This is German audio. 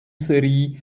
serie